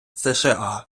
сша